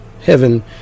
heaven